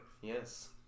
Yes